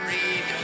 Read